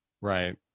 Right